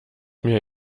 mir